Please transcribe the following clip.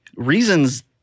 Reasons